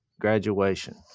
graduation